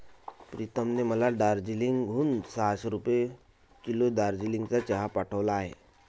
प्रीतमने मला दार्जिलिंग हून सहाशे रुपये किलो दार्जिलिंगचा चहा पाठवला आहे